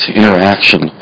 interaction